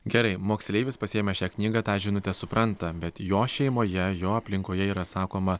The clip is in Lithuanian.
gerai moksleivis pasiėmė šią knygą tą žinutę supranta bet jo šeimoje jo aplinkoje yra sakoma